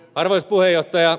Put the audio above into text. arvoisa puhemies